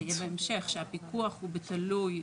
זה יהיה בהמשך, שהפיקוח הוא בתלוי.